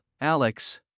Alex